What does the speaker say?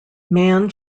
man